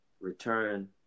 Return